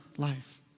life